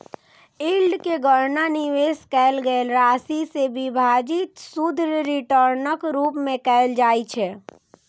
yield के गणना निवेश कैल गेल राशि सं विभाजित शुद्ध रिटर्नक रूप मे कैल जाइ छै